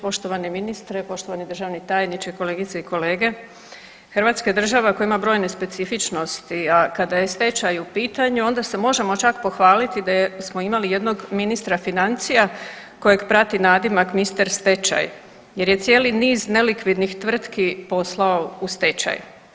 Poštovani ministre, poštovani državni tajniče, kolegice i kolege, Hrvatska je država koja ima brojne specifičnosti, a kada je stečaj u pitanju onda se možemo čak pohvaliti da smo imali jednog ministra financija kojeg prati nadimak mister stečaj jer je cijeli niz nelikvidnih tvrtki poslao u stečaj.